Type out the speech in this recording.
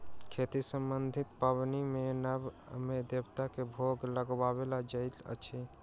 खेती सम्बन्धी पाबनि मे नव अन्न सॅ देवता के भोग लगाओल जाइत अछि